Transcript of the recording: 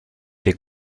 fait